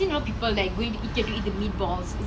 ya oh my god but